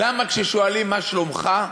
למה כששואלים "מה שלומך?"